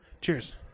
cheers